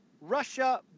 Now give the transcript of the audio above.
Russia